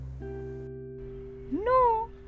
No